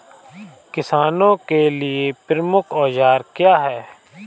किसानों के लिए प्रमुख औजार क्या हैं?